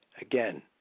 again